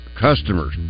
customers